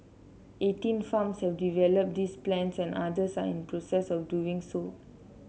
eighteen farms have developed these plans and others are in the process of doing so